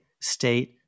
state